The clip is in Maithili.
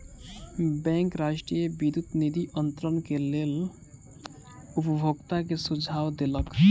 बैंक राष्ट्रीय विद्युत निधि अन्तरण के लेल उपभोगता के सुझाव देलक